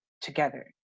together